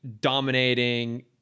dominating